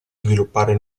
sviluppare